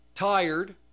tired